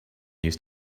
used